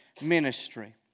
ministry